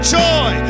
joy